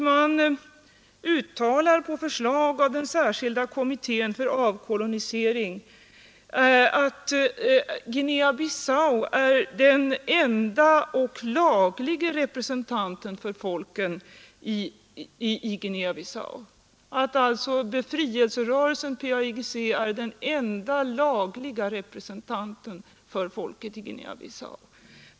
Man uttalar på förslag av den särskilda kommittén för avkolonisering att befrielserörelsen PAIGC är den enda lagliga representanten för folket i Guinea-Bissau.